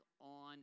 on